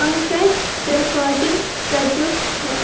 پنٛکَج تِرفاٹی کَتیُک چھُ